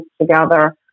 together